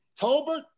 Tolbert